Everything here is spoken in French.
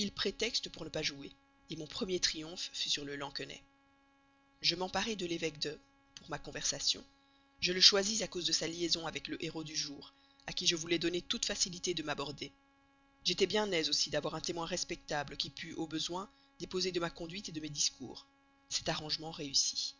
prétextes pour ne pas jouer mon premier triomphe fut sur le lansquenet je m'emparai de l'évêque de pour ma conversation je le choisis à cause de sa liaison avec le héros du jour à qui je voulais donner toute facilité de m'aborder j'étais bien aise aussi d'avoir un témoin respectable qui pût au besoin déposer de ma conduite de mes discours cet arrangement réussit